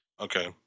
Okay